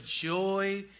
joy